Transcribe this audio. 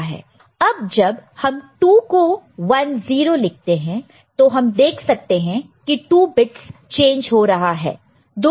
अब जब हम 2 को 10 लिखते हैं तो हम देख सकते हैं की 2 बिट्स चेंज हो रहा है